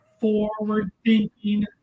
forward-thinking